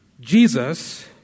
Jesus